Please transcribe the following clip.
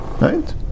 Right